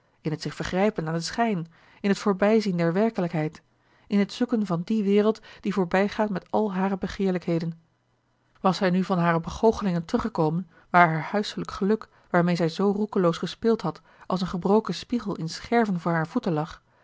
in het zich vergrijpen aan den schijn in t voorbijzien der werkelijkheid in het zoeken van die wereld die voorbijgaat met al hare begeerlijkheden was zij nu van hare begoochelingen teruggekomen waar haar huiselijk geluk waarmeê zij zoo roekeloos gespeeld had als een gebroken spiegel in scherven voor hare voeten lag